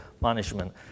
management